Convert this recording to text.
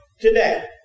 today